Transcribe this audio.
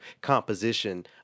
composition